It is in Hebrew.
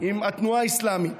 עם התנועה האסלאמית,